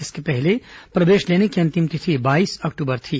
इसके पहले प्रवेश लेने की अंतिम तिथि बाईस अक्टूबर थी